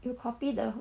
you copy the